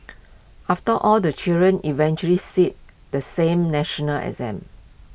after all the children eventually sit the same national exam